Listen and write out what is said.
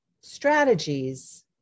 strategies